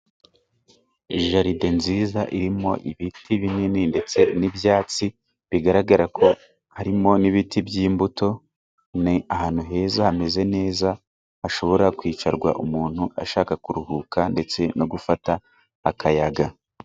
Jaride nziza irimo ibiti binini ndetse n'ibyatsi bigaragara ko harimo n'ibiti by'imbuto, ni ahantu heza hameze neza hashobora kwicarwa umuntu ashaka kuruhuka ndetse no gufata akayaga.